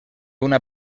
una